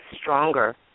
stronger